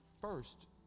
first